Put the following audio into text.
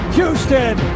Houston